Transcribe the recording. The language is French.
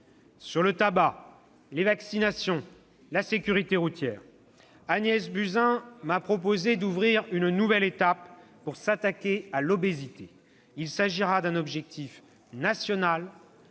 sur le tabac, les vaccinations, la sécurité routière. Agnès Buzyn m'a proposé d'ouvrir une nouvelle étape, pour s'attaquer à l'obésité. Il s'agira d'un objectif national,